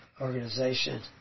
organization